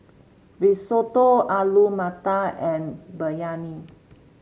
Risotto Alu Matar and Biryani